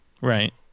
Right